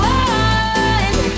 one